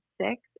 six